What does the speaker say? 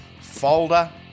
Folder